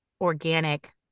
organic